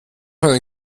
einen